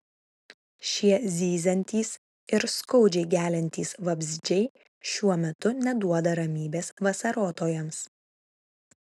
šie zyziantys ir skaudžiai geliantys vabzdžiai šiuo metu neduoda ramybės vasarotojams